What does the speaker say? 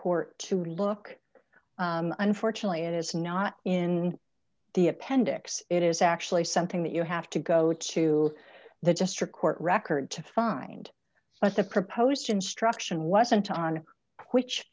court to look unfortunately it is not in the appendix it is actually something that you have to go to the district court record to find but the proposed instruction wasn't on which